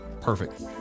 perfect